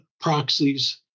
proxies